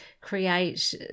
create